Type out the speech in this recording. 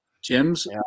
Jim's